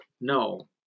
No